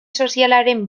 sozialaren